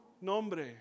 nombre